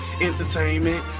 entertainment